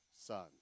son